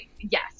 Yes